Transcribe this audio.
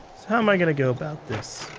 how am i going to go about this?